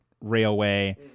railway